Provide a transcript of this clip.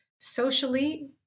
socially